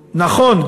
נכון,